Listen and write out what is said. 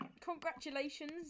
Congratulations